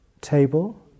table